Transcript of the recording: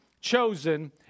chosen